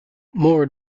more